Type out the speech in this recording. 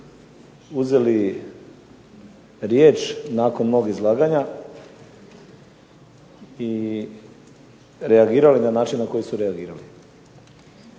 uzeli riječ nakon mog izlaganja i reagirali na način na koji su reagirali.